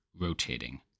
rotating